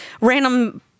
random